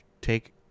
take –